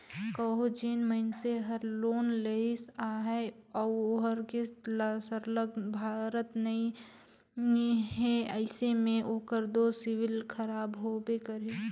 कहों जेन मइनसे हर लोन लेहिस अहे अउ ओहर किस्त ल सरलग भरत नी हे अइसे में ओकर दो सिविल खराब होबे करही